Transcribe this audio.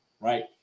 right